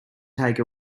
take